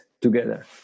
together